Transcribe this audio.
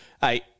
hey